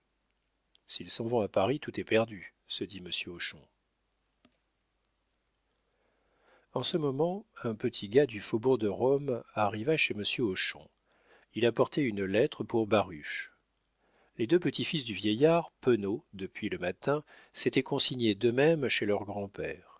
s'ils s'en vont à paris tout est perdu se dit monsieur hochon en ce moment un petit gars du faubourg de rome arriva chez monsieur hochon il apportait une lettre pour baruch les deux petits-fils du vieillard penauds depuis le matin s'étaient consignés d'eux-mêmes chez leur grand-père